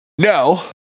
No